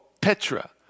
Petra